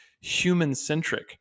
human-centric